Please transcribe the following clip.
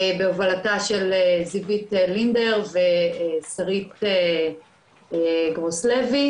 בהובלתה של זיוית לינדר ושרית גרוס לוי,